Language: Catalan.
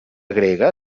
grega